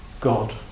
God